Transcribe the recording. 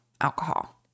alcohol